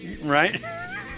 Right